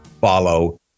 follow